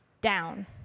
down